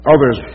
Others